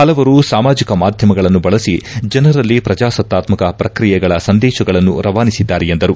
ಹಲವರು ಸಾಮಾಜಿಕ ಮಾಧ್ಯಮಗಳನ್ನು ಬಳಸಿ ಜನರಲ್ಲಿ ಪ್ರಜಾಸತ್ತಾತ್ಕಕ ಪ್ರಕ್ರಿಯೆಗಳ ಸಂದೇಶಗಳನ್ನು ರವಾನಿಸಿದ್ದಾರೆ ಎಂದರು